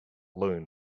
learn